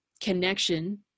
Connection